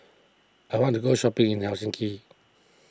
I want to go shopping in Helsinki